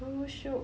so shiok